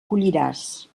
colliràs